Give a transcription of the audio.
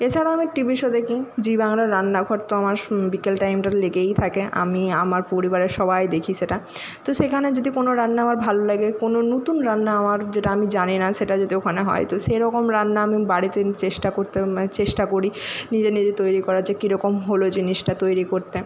এছাড়াও আমি TV show দেখি জি বাংলার রান্নাঘর তো আমার বিকেল টাইমটা লেগেই থাকে আমি আমার পরিবারের সবাই দেখি সেটা তো সেখানে যদি কোনো রান্না আমার ভালো লাগে কোনো নতুন রান্না আমার যেটা আমি জানি না সেটা যদি ওখানে হয় তো সেরকম রান্না আমি বাড়িতে চেষ্টা করতে মানে চেষ্টা করি নিজে নিজে তৈরি করার যে কিরকম হলো জিনিসটা তৈরি করতে